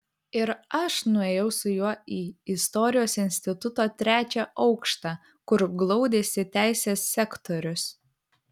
ir aš nuėjau su juo į istorijos instituto trečią aukštą kur glaudėsi teisės sektorius